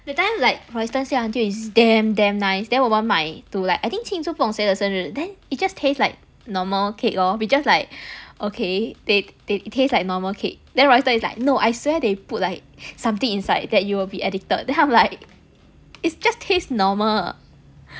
that time like roysten say until it's damn damn nice then 我们买 to like I think 庆祝不懂谁的生日 then it just taste like normal cake lor we just like okay ta~ it tastes like normal cake then roysten is like no I swear they put like something inside that you will be addicted then I'm like it's just taste normal